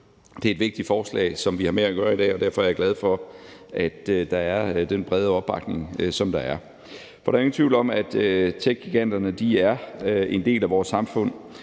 Det er et vigtigt forslag, som vi har med at gøre i dag, og derfor er jeg glad for, at der er den brede opbakning, som der er. For der er ingen tvivl om, at techgiganterne er en del af vores samfund,